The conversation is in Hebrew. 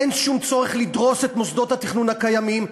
אין שום צורך לדרוס את מוסדות התכנון הקיימים.